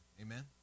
Amen